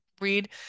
read